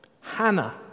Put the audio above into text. Hannah